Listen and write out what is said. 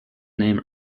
name